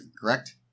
correct